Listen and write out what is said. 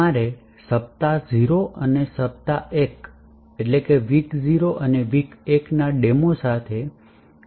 તમારે સપ્તાહ 0 અને સપ્તાહ 1 નાં ડેમો સાથે એ કરવું જોઈએ